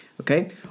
okay